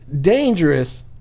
dangerous